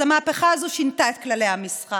אז המהפכה הזו שינתה את כללי המשחק.